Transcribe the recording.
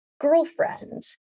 girlfriend